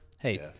hey